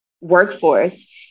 workforce